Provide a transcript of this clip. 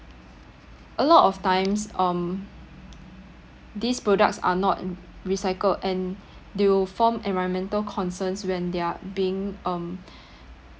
a lot of times um these products are not recycled and they will form environmental concerns when they're being um